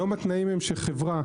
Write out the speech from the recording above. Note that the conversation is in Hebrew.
היום התנאים הם שחברה,